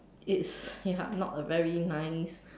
it's ya not a very nice